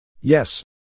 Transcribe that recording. Yes